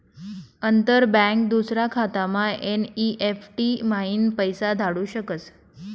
अंतर बँक दूसरा खातामा एन.ई.एफ.टी म्हाईन पैसा धाडू शकस